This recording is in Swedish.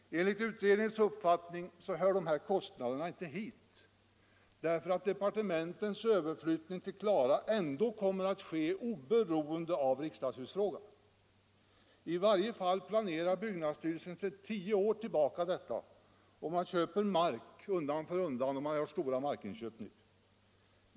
Enligt utredningens uppfattning hör de här kostnaderna inte hit, eftersom departementets överflyttning till Klara ändå kommer att ske, oberoende av riksdagshusfrågan. I varje fall planerar byggnadsstyrelsen sedan tio år tillbaka för detta och köper mark undan för undan; just nu gör man stora inköp.